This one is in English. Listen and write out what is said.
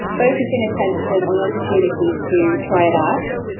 focusing attention on opportunities to try it out,